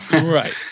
right